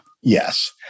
Yes